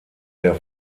der